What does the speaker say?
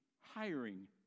hiring